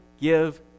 give